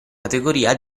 categoria